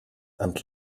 and